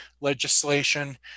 legislation